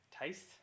taste